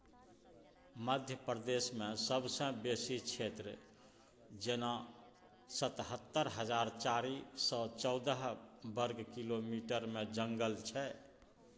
मध्य प्रदेशमे सबसँ बेसी क्षेत्र जेना सतहत्तर हजार चारि सय चौदह बर्ग किलोमीटरमे जंगल छै